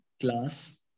class